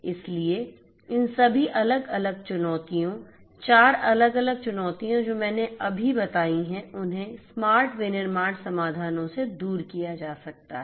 इसलिए इन सभी अलग अलग चुनौतियों 4 अलग अलग चुनौतियाँ जो मैंने अभी बताई हैं उन्हें स्मार्ट विनिर्माण समाधानों से दूर किया जा सकता है